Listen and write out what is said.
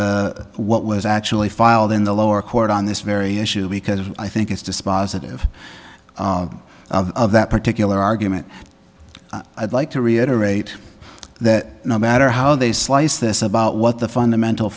the what was actually filed in the lower court on this very issue because i think it's dispositive of that particular argument i'd like to reiterate that no matter how they slice this about what the fundamental